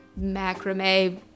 macrame